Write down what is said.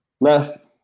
Left